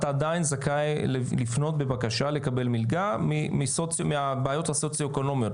עדיין זכאי לפנות בבקשה לקבל מלגה מהבעיות הסוציואקונומיות.